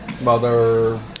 Mother